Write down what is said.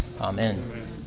Amen